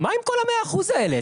מה עם כל ה-100% האלה?